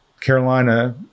Carolina